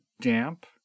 damp